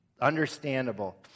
Understandable